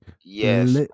Yes